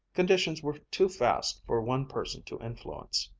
conditions were too vast for one person to influence.